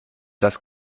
das